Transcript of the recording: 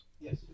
Yes